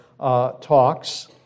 talks